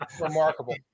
Remarkable